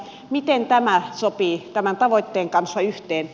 miten tämä sopii tämän tavoitteen kanssa yhteen